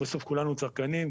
בסוף כולנו צרכנים,